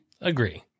Agree